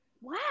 wow